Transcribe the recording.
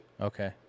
Okay